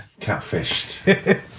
catfished